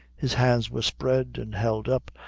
his hands were spread, and held up,